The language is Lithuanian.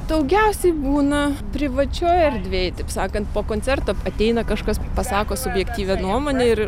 daugiausiai būna privačioj erdvėj taip sakant po koncerto ateina kažkas pasako subjektyvią nuomonę ir